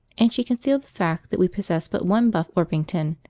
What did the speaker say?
and she concealed the fact that we possessed but one buff orpington,